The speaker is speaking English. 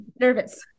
nervous